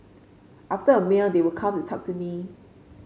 after a meal they would come and talk to me